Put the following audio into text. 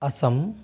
Assam